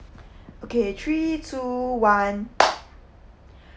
okay three two one